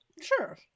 Sure